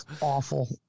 awful